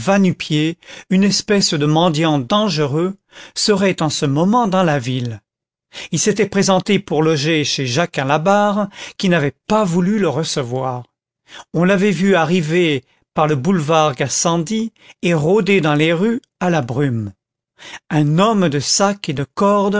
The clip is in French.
va-nu-pieds une espèce de mendiant dangereux serait en ce moment dans la ville il s'était présenté pour loger chez jacquin labarre qui n'avait pas voulu le recevoir on l'avait vu arriver par le boulevard gassendi et rôder dans les rues à la brume un homme de sac et de corde